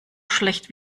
schlecht